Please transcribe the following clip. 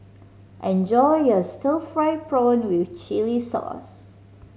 enjoy your stir fried prawn with chili sauce